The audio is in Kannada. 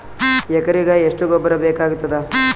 ಎಕರೆಗ ಎಷ್ಟು ಗೊಬ್ಬರ ಬೇಕಾಗತಾದ?